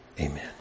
Amen